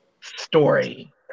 story